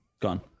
Gone